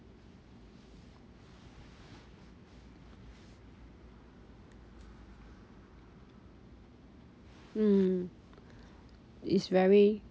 mm is very